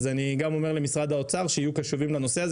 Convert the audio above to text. אז אני גם אומר למשרד האוצר שיהיו קשובים לנושא הזה.